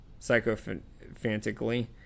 psychophantically